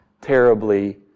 terribly